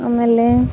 ಆಮೇಲೆ